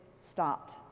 stopped